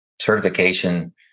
Certification